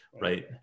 right